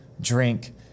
drink